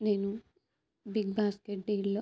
నేను BigBasket డీల్లో